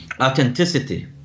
Authenticity